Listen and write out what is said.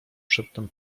przedtem